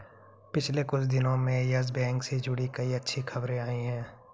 पिछले कुछ दिनो में यस बैंक से जुड़ी कई अच्छी खबरें आई हैं